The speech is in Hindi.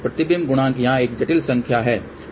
प्रतिबिंब गुणांक यहां एक जटिल संख्या है